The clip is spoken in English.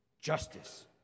justice